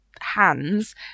hands